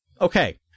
Okay